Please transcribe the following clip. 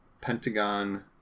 Pentagon